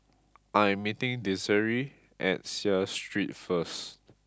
I am meeting Desiree at Seah Street first